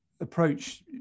approach